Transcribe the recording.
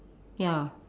ya